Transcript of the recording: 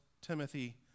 Timothy